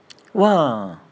!wah!